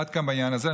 עד כאן בעניין הזה.